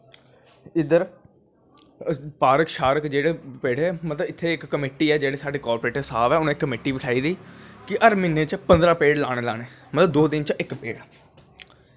इध्दर पार्क सार्क जेह्ड़े पेड़ ऐ मतलव साढ़े इत्थें इक कमेटी ऐ साढ़े जेह्ड़े कार्पोरेटर साह्व ऐं उनें इक कमेटी बठाई दी कि हर म्हीनें च पंदरां पेड़ लानें गै लानें मतलव दो दिन च इक पेड़